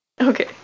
Okay